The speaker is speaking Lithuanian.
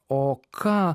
o ką